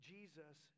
Jesus